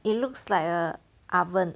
it looks like a oven